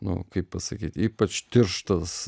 nu kaip pasakyt ypač tirštas